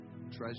treasure